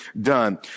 done